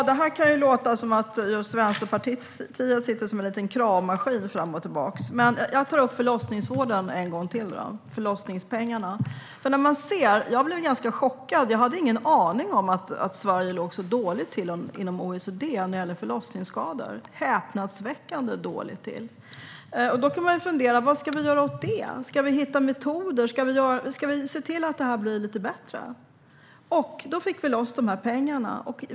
Herr talman! Det låter här som att Vänsterpartiet är en kravmaskin. Jag tar upp frågan om pengarna till förlossningsvården en gång till. Jag blev chockad; jag hade ingen aning att Sverige låg så dåligt till inom OECD när det gäller förlossningsskador. Sverige ligger häpnadsväckande dåligt till. Vad ska vi göra åt det? Finns det metoder som kan bli bättre? Vi fick loss pengarna.